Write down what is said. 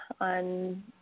on